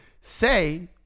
Say